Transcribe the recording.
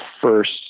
first